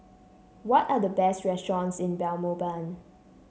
what are the best restaurants in Belmopan